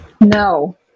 no